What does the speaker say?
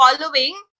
following